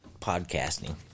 podcasting